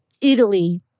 Italy